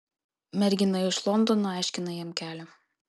mergina iš londono aiškina jam kelią